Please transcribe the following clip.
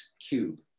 cube